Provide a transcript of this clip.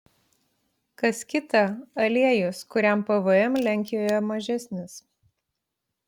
kas kita aliejus kuriam pvm lenkijoje mažesnis